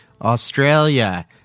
Australia